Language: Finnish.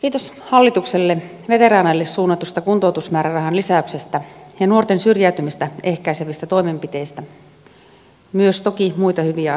kiitos hallitukselle veteraaneille suunnatusta kuntoutusmäärärahan lisäyksestä ja nuorten syrjäytymistä ehkäisevistä toimenpiteistä toki myös muita hyviä asioita löytyy